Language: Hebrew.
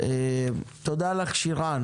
תודה לך שירן.